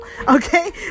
Okay